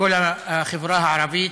ואת כל, את כל החברה הערבית,